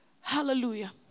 Hallelujah